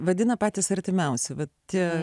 vadina patys artimiausi bet tie